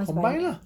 combine lah